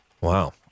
Wow